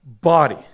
body